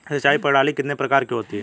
सिंचाई प्रणाली कितने प्रकार की होती हैं?